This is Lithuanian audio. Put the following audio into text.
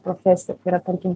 profesija tai yra tarkim